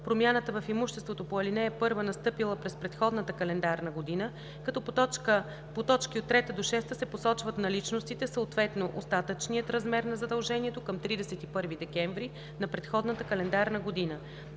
промяна в имуществото по ал. 1, настъпила през предходната календарна година, като по т. 3 – 6 се посочват наличностите, съответно остатъчният размер на задължението към 31 декември на предходната календарна година;